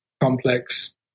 complex